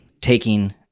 Taking